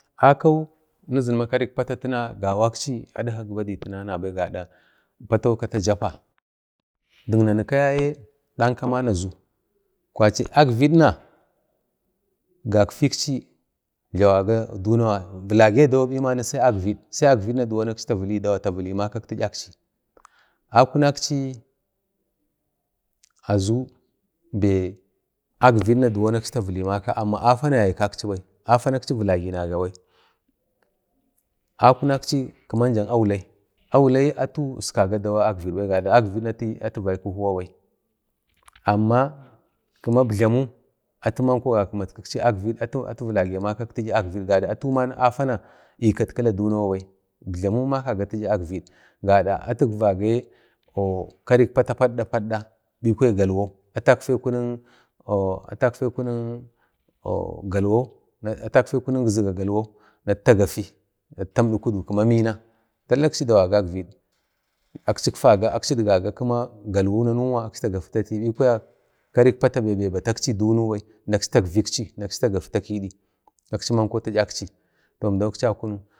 Akau nizima karik pata tina nabai adkak badai gada patau kata jappa dik nanu ka yaye dannaman azu kwachi akvidna gakfekchi vilaga dunawa vilage dawa bibani sai akvidna aksi tavili makak ti'yaksi akunakchi azu be akvidna aksi tavili maka amma afa yaykwaachi baiafani akchi vilaginagabai akunakchi kiman jak Aulai, Aulai atu iskaga dawa advid bai gadak akvidatikaga huwa bai amma kima ibjalmau atumanko gakomakchi atu vilagani dawa advid gada atuman afana ikatkila dunawabai, ibjlamun makaga ti'yi akvid gada atukvage karik pata padida-padida bi kwaya galwau atafekunik or atatfekunik igziga galwau atu tagafi atu tamdukudu kima mina tala akchi dawaga akvid akchikfaga akchidgaga kima galwuna aks tagafi ta kidi karik pata be batekchi dunaubai akchi takvekchi na tagafi ta kidi akchimanko ti'yakchi toh əmdau akcha kunu